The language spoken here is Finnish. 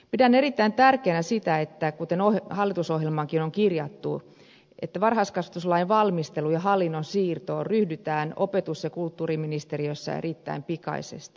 pidän erittäin tärkeänä sitä että kuten hallitusohjelmaankin on kirjattu varhaiskasvatuslain valmisteluun ja hallinnon siirtoon ryhdytään opetus ja kulttuuriministeriössä erittäin pikaisesti